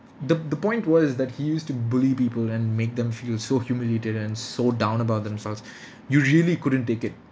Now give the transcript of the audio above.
the the point was that he used to bully people and make them feel so humiliated and so down about themselves you really couldn't take it